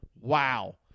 Wow